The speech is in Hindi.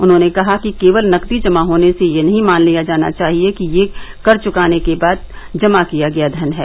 उन्होंने कहा कि केवल नकदी जमा होने से यह नहीं मान लिया जाना चाहिए कि यह कर चुकाने के बाद जमा किया गया धन है